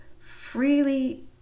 freely